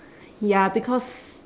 ya because